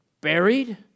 buried